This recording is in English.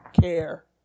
care